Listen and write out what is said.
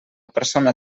persona